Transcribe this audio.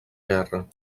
guerra